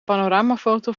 panoramafoto